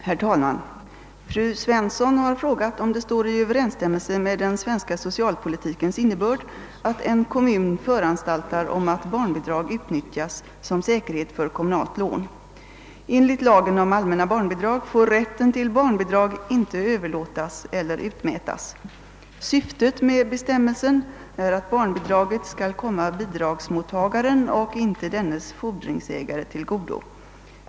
Herr talman! Fru Svensson har frågat, om det står i överensstämmelse med den svenska socialpolitikens innebörd att en kommun föranstaltar om att barnbidrag utnyttjas som säkerhet för kommunalt lån. Enligt lagen om allmänna barnbidrag får rätten till barnbidrag inte överlåtas eller utmätas. Syftet med bestämmelsen är att barnbidraget skall komma bidragsmottagaren och inte dennes fordringsägare till godo.